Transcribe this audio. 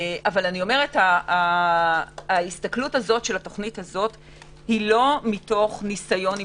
אבל ההסתכלות שלנו של התוכנית הזו היא לא מתוך ניסיון אם